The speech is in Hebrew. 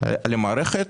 למערכת